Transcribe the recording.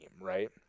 right